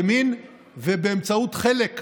וקולן של הנשים בשולחן